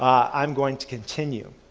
um i'm going to continue.